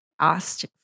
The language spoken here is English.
asked